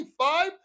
25